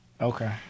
Okay